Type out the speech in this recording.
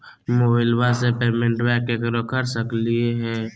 मोबाइलबा से पेमेंटबा केकरो कर सकलिए है?